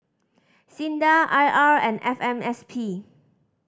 SINDA I R and F M S P